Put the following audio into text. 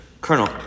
Colonel